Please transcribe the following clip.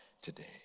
today